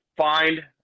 Find